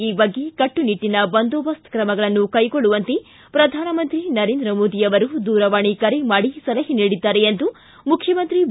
ಈ ಬಗ್ಗೆ ಕಟ್ಟುನಿಟ್ಟಿನ ಬಂದೋಬಸ್ತ್ ಕ್ರಮಗಳನ್ನು ಕೈಗೊಳ್ಳುವಂತೆ ಪ್ರಧಾನಮಂತ್ರಿ ನರೇಂದ್ರ ಮೋದಿ ಅವರು ದೂರವಾಣಿ ಕರೆ ಮಾಡಿ ಸಲಹೆ ನೀಡಿದ್ದಾರೆ ಎಂದು ಮುಖ್ಯಮಂತ್ರಿ ಬಿ